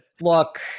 Look